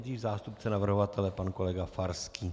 Nejdřív zástupce navrhovatele pan kolega Farský.